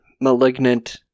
Malignant